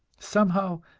somehow,